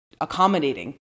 accommodating